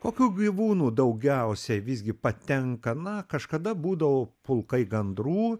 kokių gyvūnų daugiausiai visgi patenka na kažkada būdavo pulkai gandrų